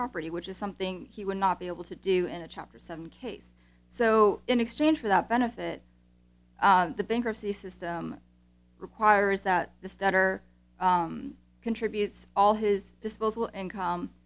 property which is something he would not be able to do in a chapter seven case so in exchange for that benefit the bankruptcy system requires that the starter contributes all his disposable income